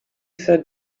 said